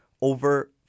over